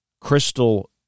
crystal